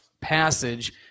passage